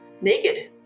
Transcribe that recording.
naked